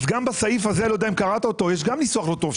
גם בהסכם יש ניסוח לא טוב,